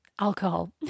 Alcohol